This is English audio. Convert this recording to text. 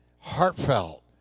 heartfelt